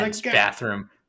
bathroom